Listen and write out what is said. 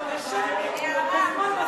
אדוני היושב-ראש,